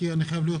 כי אני חייב להיות